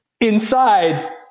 inside